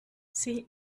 sie